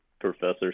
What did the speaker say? Professor